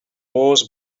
wars